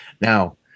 Now